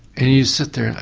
and you sit there and